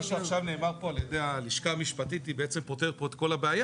מה שעכשיו נאמר פה על ידי הלשכה המשפטית פותר פה את כל הבעיה.